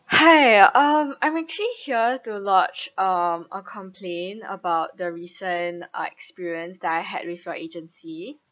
hi um I'm actually here to lodge um a complain about the recent uh experience that I had with your agency